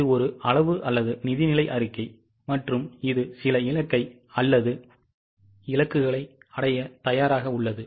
இது ஒரு அளவு அல்லது நிதிநிலை அறிக்கை மற்றும் இது சில இலக்கை அல்லது இலக்கை அடைய தயாராக உள்ளது